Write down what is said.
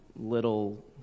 little